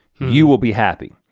you will be happy.